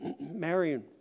Marion